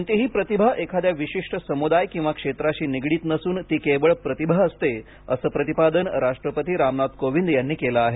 कोणतीही प्रतिभा एखाद्या विशिष्ट समुदाय किंवा क्षेत्राशी निगडीत नसून ती केवळ प्रतिभा असते असं प्रतिपादन राष्ट्रपती रामनाथ कोविंद यांनी केलं आहे